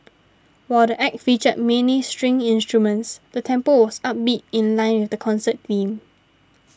while the Act featured mainly string instruments the tempo was upbeat in line with the concert theme